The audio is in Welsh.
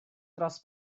dros